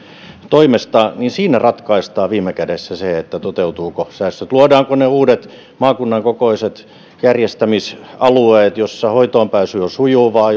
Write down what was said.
toimesta niin siinä ratkaistaan viime kädessä se toteutuvatko säästöt luodaanko ne uudet maakunnan kokoiset järjestämisalueet joissa hoitoonpääsy on sujuvaa